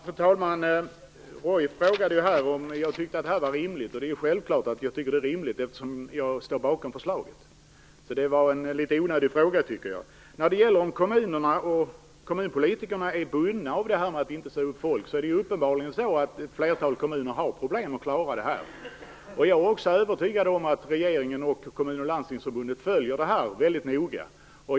Fru talman! Roy Ottosson frågade om jag tyckte att det här är rimligt. Det är självklart att jag tycker det, eftersom jag står bakom förslaget. Det var alltså en litet onödig fråga, tycker jag. När det gäller huruvida kommunerna och kommunpolitikerna är bundna av det här med att inte säga upp folk är det uppenbarligen så att ett flertal kommuner har problem med att klara det här. Jag är övertygad om att regeringen, Kommunförbundet och Landstingsförbundet följer det här väldigt noga.